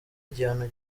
igihano